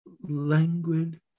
languid